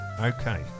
Okay